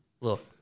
Look